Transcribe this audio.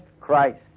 Christ